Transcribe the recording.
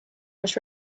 was